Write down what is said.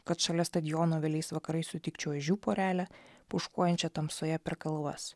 kad šalia stadiono vėliais vakarais sutikčiau ežių porelę pūškuojančią tamsoje per kalvas